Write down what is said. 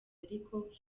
ariko